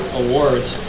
awards